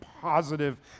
positive